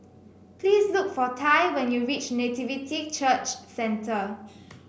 please look for Tai when you reach Nativity Church Centre